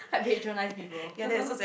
like patronise people